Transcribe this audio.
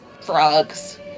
frogs